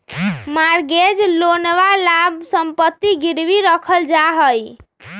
mortgage लोनवा ला सम्पत्ति गिरवी रखल जाहई